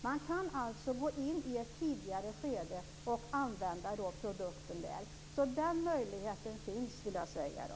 Man kan gå in i ett tidigare skede och använda produkten där. Den möjligheten finns alltså.